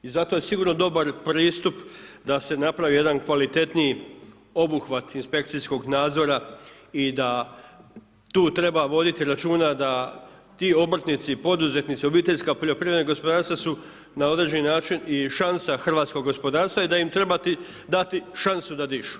I zato je sigurno dobar pristup da se napravi jedan kvalitetniji obuhvat inspekcijskog nadzora i da, tu treba voditi računa da ti obrtnici, poduzetnici, obiteljska poljoprivredna gospodarstva, su na određeni način i šansa hrvatskog gospodarstva i da im treba dati šansu da dišu.